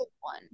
one